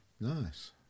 Nice